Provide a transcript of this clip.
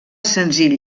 senzill